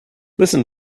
listen